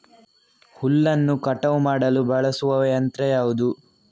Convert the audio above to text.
ಹುಲ್ಲನ್ನು ಕಟಾವು ಮಾಡಲು ಬಳಸುವ ಯಂತ್ರ ಯಾವುದು?